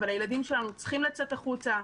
אבל הילדים שלנו צריכים לצאת החוצה,